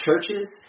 churches